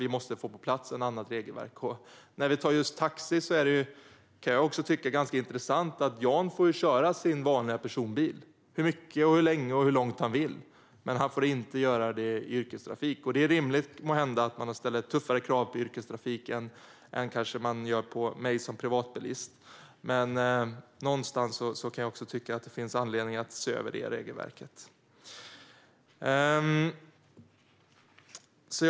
Vi måste verkligen få ett annat regelverk på plats. När det gäller just taxi är det ganska intressant. Jan får köra sin vanliga personbil hur mycket, hur länge och hur långt han vill, men han får inte göra det i yrkestrafik. Det är måhända rimligt att man ställer tuffare krav på yrkestrafik än vad man kanske gör på mig som privatbilist. Men någonstans kan jag tycka att det finns anledning att se över det regelverket. Fru talman!